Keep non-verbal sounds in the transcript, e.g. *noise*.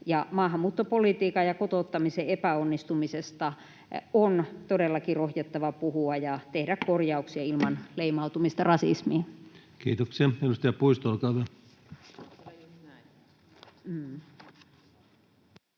Maahanmuuttopolitiikan ja kotouttamisen epäonnistumisesta on todellakin rohjettava puhua ja tehdä korjauksia *noise* ilman leimautumista rasismiin. [Leena Meri: Se on kyllä